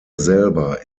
selber